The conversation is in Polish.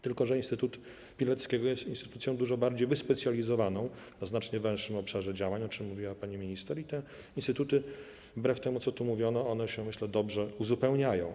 Tylko że Instytut Pileckiego jest instytucją dużo bardziej wyspecjalizowaną, o znacznie węższym obszarze działań, o czym mówiła pani minister, i myślę, że te instytuty, wbrew temu, co tu mówiono, dobrze się uzupełniają.